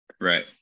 right